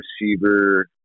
receiver